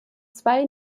zwei